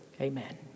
Amen